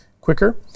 quicker